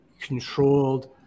controlled